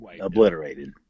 Obliterated